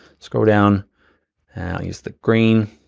scroll down and i'll use the green.